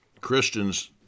Christians